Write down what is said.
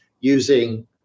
using